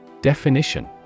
Definition